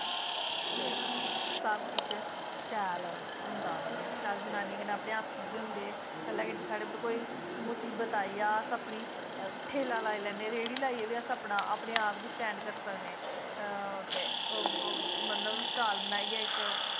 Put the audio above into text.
ते सब किश शैल होंदा मतलब शैल जनानियें कन्नै अपने हत्थ सिद्धे होंदे कल्लै गी साढ़े उप्पर कोई मुसीबत आई जा अस अपनी ठेल्ला लाई लैन्ने रेह्ड़ी लाई बी अस अपने आप गी स्टैंड करी सकनें ते मतलब स्टाल बनाइयै इक